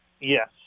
yes